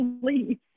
please